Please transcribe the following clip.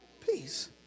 peace